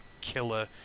killer